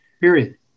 period